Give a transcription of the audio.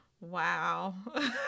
wow